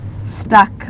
stuck